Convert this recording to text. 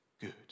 good